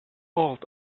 old